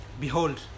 Behold